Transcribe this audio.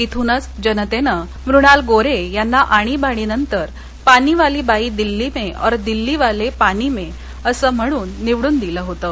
भूनच जनतेनं मृणाल गोरे यांना आणीबाणीनंतर पानीवाली बाई दिल्ली में दिल्लीवाले पानी में असं म्हणून निवडून दिलं होतं